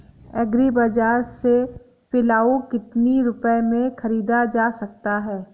Agree बाजार से पिलाऊ कितनी रुपये में ख़रीदा जा सकता है?